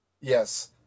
Yes